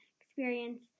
experience